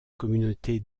communauté